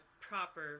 proper